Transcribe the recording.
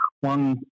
one